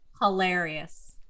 Hilarious